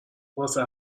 واسه